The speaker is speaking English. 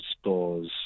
stores